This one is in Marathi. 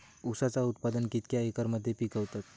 ऊसाचा उत्पादन कितक्या एकर मध्ये पिकवतत?